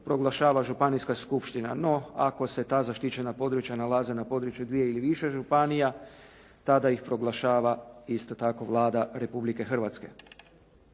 proglašava županijska skupština. No, ako se ta zaštićena područja nalaze na području dvije ili više županija, tada ih proglašava isto tako Vlada Republike Hrvatske.